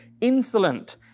insolent